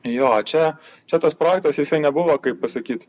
jo čia čia tas projektas jisai nebuvo kaip pasakyt